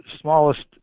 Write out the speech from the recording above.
smallest